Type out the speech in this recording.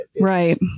Right